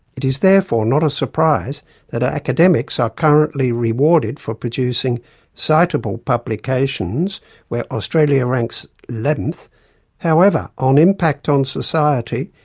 it is therefore not a surprise that our academics are currently rewarded for producing citable publications where australia ranks eleventh however, on impact on society,